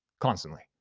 constantly.